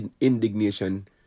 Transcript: indignation